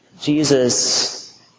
Jesus